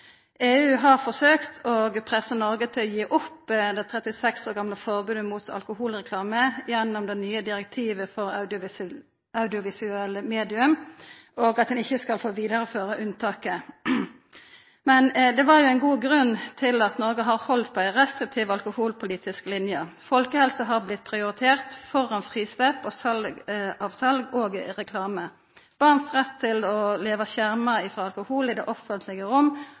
EU har forsøkt å pressa Noreg til å gi opp det 36 år gamle forbodet mot alkoholreklame gjennom det nye direktivet for audiovisuelle medium, og at ein ikkje skal få vidareføra unntaket. Det var jo ein god grunn til at Noreg har halde på ei restriktiv alkoholpolitisk line. Folkehelsa har blitt prioritert framfor frislepp av sal og reklame. Barns rett til å leva skjerma frå alkohol i det offentlege rom